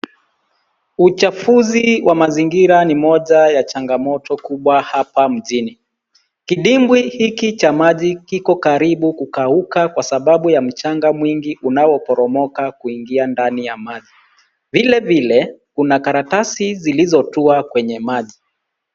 Uchafuzi wa mazingira ni moja ya changamoto kubwa hapa mjini. Kidimbwi hiki cha maji kikokaribu kukauka kwa sababu ya mchanga mwingi unaoporomoka kuingia ndani ya maji. Vilivile kuna karatasi zilizotua kwenye maji